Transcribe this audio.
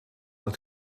het